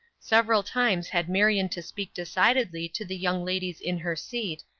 several times had marion to speak decidedly to the young ladies in her seat,